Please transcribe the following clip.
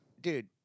dude